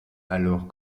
alors